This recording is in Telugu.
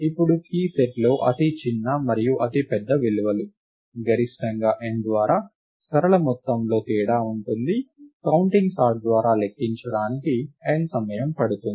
ఇప్పుడు కీ సెట్ లో అతి చిన్న మరియు అతిపెద్ద విలువలు గరిష్టంగా n ద్వారా సరళ మొత్తంలో తేడా ఉంటుంది కౌంటింగ్ సార్ట్ ద్వారా లెక్కించడానికి n సమయం పడుతుంది